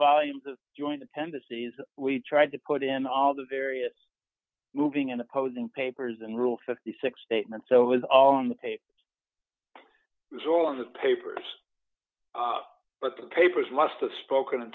volumes of joint dependencies we tried to put in all the various moving in opposing papers and rule fifty six statements so it was all in the papers was all in the papers but the papers must have spoken in